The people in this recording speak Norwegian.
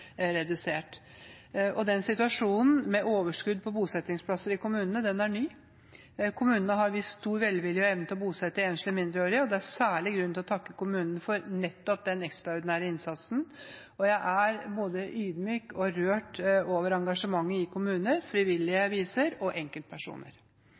redusert. Situasjonen med overskudd av bosettingsplasser i kommunene er ny. Kommunene har vist stor vilje og evne til å bosette enslige mindreårige asylsøkere. Det er særlig grunn til å takke kommunene for nettopp den ekstraordinære innsatsen. Jeg er både ydmyk og rørt over engasjementet kommunene, frivillige og enkeltpersoner viser. Noen kommuner